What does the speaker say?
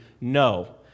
no